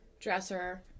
dresser